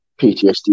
PTSD